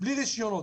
בלי רישיונות.